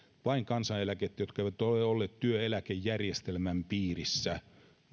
vain kansaneläkettä jotka eivät ole olleet työeläkejärjestelmän piirissä